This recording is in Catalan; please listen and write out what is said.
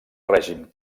règim